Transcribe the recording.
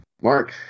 Mark